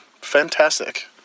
Fantastic